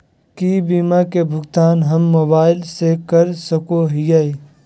की बीमा के भुगतान हम मोबाइल से कर सको हियै?